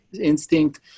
instinct